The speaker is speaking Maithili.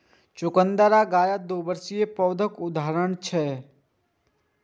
चुकंदर आ गाजर द्विवार्षिक पौधाक उदाहरण छियै